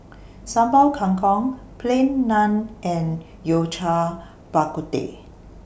Sambal Kangkong Plain Naan and Yao Cai Bak Kut Teh